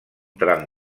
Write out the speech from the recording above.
tram